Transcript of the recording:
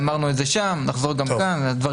אמרנו את זה שם ונחזור גם כאן: הדברים,